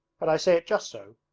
but i say it just so.